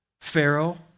Pharaoh